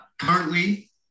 currently